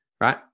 Right